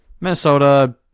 minnesota